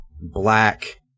Black